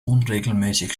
unregelmäßig